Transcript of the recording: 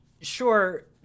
sure